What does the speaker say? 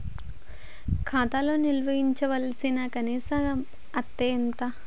ఖాతా లో నిల్వుంచవలసిన కనీస అత్తే ఎంత?